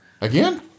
Again